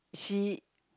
she